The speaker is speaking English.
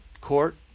Court